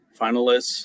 finalists